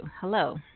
Hello